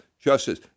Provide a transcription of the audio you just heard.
justice